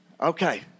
Okay